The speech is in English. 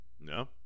no